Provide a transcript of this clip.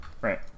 right